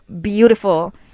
beautiful